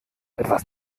etwas